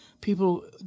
People